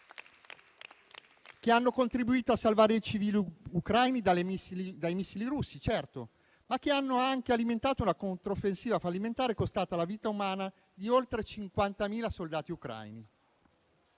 che hanno contribuito a salvare i civili ucraini dai missili russi, certo, ma che hanno anche alimentato una controffensiva fallimentare, costata la vita umana di oltre 50.000 soldati ucraini.